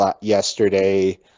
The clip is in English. yesterday